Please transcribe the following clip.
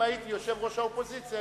אם הייתי יושב-ראש האופוזיציה,